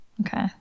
Okay